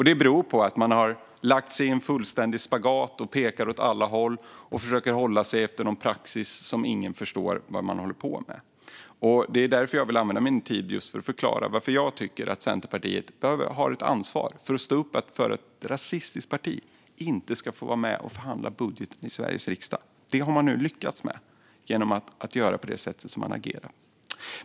Det beror på att man har lagt sig i fullständig spagat, pekar åt alla håll och försöker hålla sig till någon praxis på ett sätt som gör att ingen förstår vad man håller på med. Det är därför jag vill använda min tid till att förklara varför jag tycker att Centerpartiet har ett ansvar att stå upp för att ett rasistiskt parti inte ska få vara med och förhandla budgeten i Sveriges riksdag. Men detta har man nu lyckats åstadkomma genom att agera på det sätt man gjort.